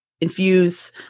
infuse